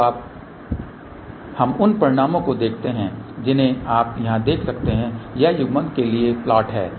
तो अब हम उन परिणामों को देखते हैं जिन्हें आप यहाँ देख सकते हैं यह युग्मन के लिए प्लाट है